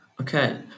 Okay